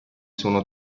sono